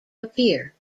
appear